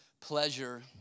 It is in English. pleasure